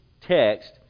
text